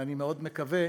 ואני מאוד מקווה